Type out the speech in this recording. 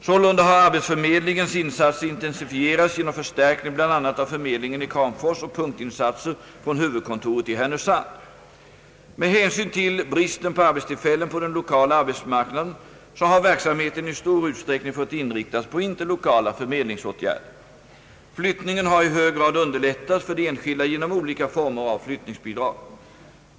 Sålunda har arbetsförmedlingens insatser intensifierats genom förstärkning bl.a. av förmedlingen i Kramfors och punktinsatser från huvudkontoret i Härnösand. Med hänsyn till bristen på arbetstillfällen på den lokala arbetsmarknaden har verksamheten i stor utsträckning fått inriktas på interlokala = förmedlingsåtgärder. Flyttningen har i hög grad underlättats för de enskilda genom olika former av fiyttningsbidrag.